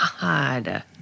God